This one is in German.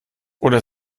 oder